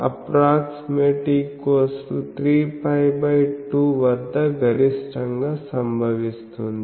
అది kb2sinθsappr3π2 వద్ద గరిష్టంగా సంభవిస్తుంది